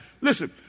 listen